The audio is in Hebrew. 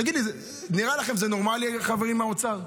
תגידו לי, נראה לכם שזה נורמלי, חברים מהאוצר?